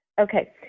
Okay